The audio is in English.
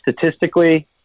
Statistically